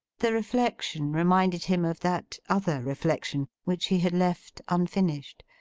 the reflection reminded him of that other reflection, which he had left unfinished.